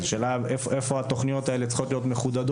אז השאלה היא: איפה התכניות האלה צריכות להיות מחודדות?